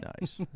Nice